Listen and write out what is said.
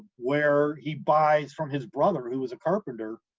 where he buys from his brother who was a carpenter,